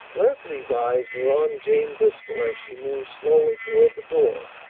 leslie's eyes were on jane bristol as she moved slowly toward the door,